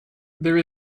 there